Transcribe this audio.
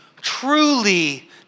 truly